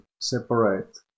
separate